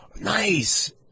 Nice